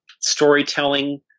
storytelling